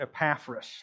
Epaphras